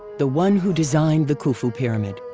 the one who designed the khufu pyramid,